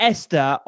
Esther